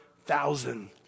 thousand